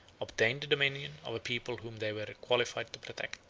obtained the dominion of a people whom they were qualified to protect.